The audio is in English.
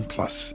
Plus